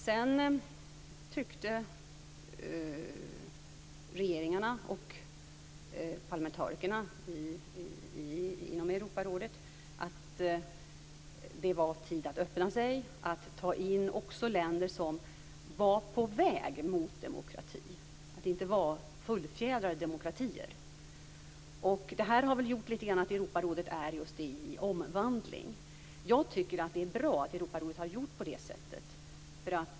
Sedan tyckte regeringarna och parlamentarikerna inom Europarådet att det var tid att öppna sig, att ta in också länder som var på väg mot demokrati, men som inte var fullfjädrade demokratier. Detta har litet grand gjort att Europarådet är i omvandling. Jag tycker att det är bra att Europarådet har gjort på det sättet.